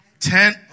Ten